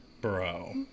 bro